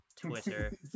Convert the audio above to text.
twitter